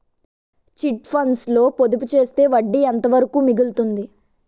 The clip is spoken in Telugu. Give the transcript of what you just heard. చిట్ ఫండ్స్ లో పొదుపు చేస్తే వడ్డీ ఎంత వరకు మిగులుతుంది?